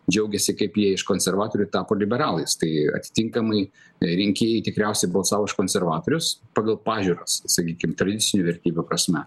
džiaugėsi kaip jie iš konservatorių tapo liberalais tai atitinkamai rinkėjai tikriausiai balsavo už konservatorius pagal pažiūras sakykim tradicinių vertybių prasme